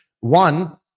One